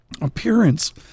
appearance